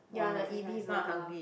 ya the Ebi Burger